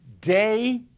day